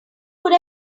would